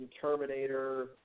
Terminator